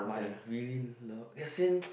but I really love as in